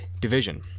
division